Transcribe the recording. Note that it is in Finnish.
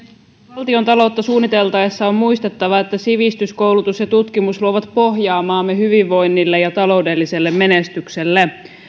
valtiontaloutta suunniteltaessa on muistettava että sivistys koulutus ja tutkimus luovat pohjaa maamme hyvinvoinnille ja taloudelliselle menestykselle